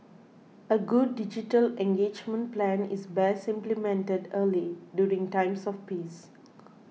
a good digital engagement plan is best implemented early during times of peace